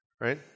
right